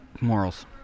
morals